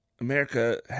America